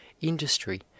industry